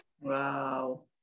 wow